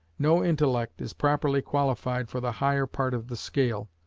no intellect is properly qualified for the higher part of the scale,